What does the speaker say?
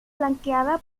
flanqueada